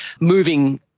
Moving